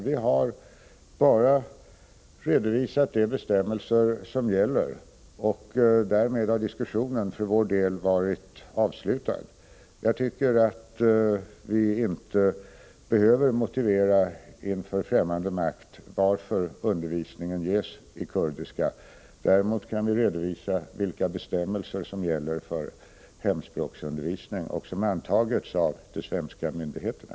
Vi har bara redovisat de bestämmelser som gäller, och därmed har diskussionen för vår del varit avslutad. Jag tycker inte att vi behöver motivera inför främmande makt varför undervisningen i kurdiska ges. Däremot kan vi redovisa vilka bestämmelser som gäller för hemspråksundervisning och som antagits av de svenska myndigheterna.